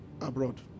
abroad